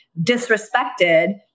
disrespected